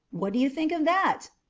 what do you think of that?